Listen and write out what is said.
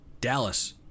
Dallas